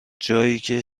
جاییکه